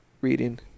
reading